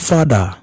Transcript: Father